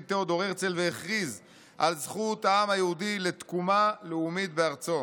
תיאודור הרצל והכריז על זכות העם היהודי לתקומה לאומית בארצו.